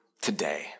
today